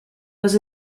was